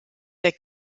der